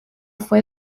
fue